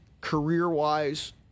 career-wise